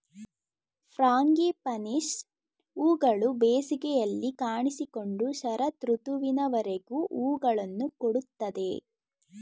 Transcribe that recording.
frangipanis ಹೂಗಳು ಬೇಸಿಗೆಯಲ್ಲಿ ಕಾಣಿಸಿಕೊಂಡು ಶರತ್ ಋತುವಿನವರೆಗೂ ಹೂಗಳನ್ನು ಕೊಡುತ್ತದೆ